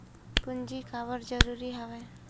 पूंजी काबर जरूरी हवय?